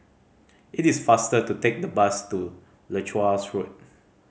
it is faster to take the bus to Leuchars Road